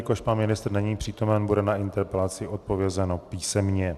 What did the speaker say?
Jelikož pan ministr není přítomen, bude na interpelaci odpovězeno písemně.